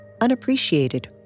unappreciated